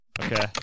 Okay